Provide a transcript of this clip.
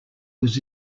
was